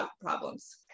problems